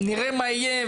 נראה מה יהיה,